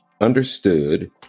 understood